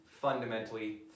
fundamentally